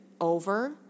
over